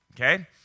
okay